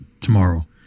tomorrow